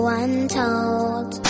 untold